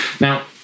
Now